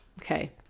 okay